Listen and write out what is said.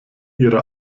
ihrer